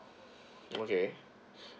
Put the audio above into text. okay